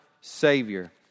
Savior